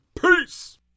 Peace